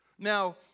Now